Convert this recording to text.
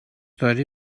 داری